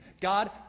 God